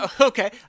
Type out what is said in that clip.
Okay